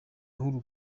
uhuru